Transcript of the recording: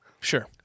Sure